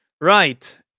right